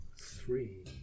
Three